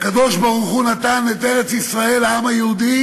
הקדוש-ברוך-הוא נתן את ארץ-ישראל לעם היהודי,